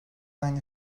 aynı